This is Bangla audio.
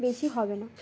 বেশি হবে না